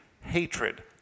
hatred